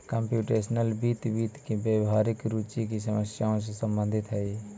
computational वित्त, वित्त में व्यावहारिक रुचि की समस्याओं से संबंधित हई